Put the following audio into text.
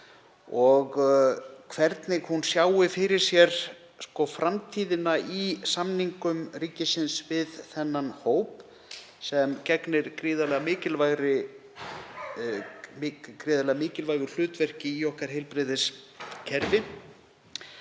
og hvernig hún sjái framtíðina fyrir sér í samningum ríkisins við þennan hóp sem gegnir gríðarlega mikilvægu hlutverki í okkar heilbrigðiskerfi.